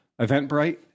Eventbrite